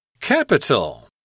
Capital